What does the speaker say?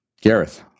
Gareth